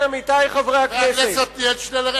חבר הכנסת עתניאל שנלר,